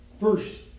first